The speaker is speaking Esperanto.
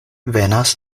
venas